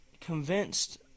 convinced